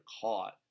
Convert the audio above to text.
caught